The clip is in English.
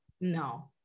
no